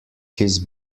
his